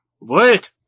wait